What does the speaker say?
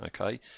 Okay